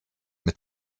mit